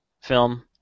film